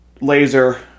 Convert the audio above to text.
Laser